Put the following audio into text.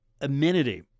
amenity